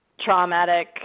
traumatic